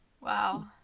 wow